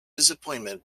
disappointment